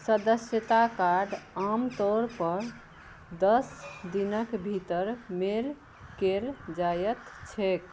सदस्यता कार्ड आमतौरपर दस दिनक भीतर मेल कयल जाइत छैक